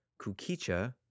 kukicha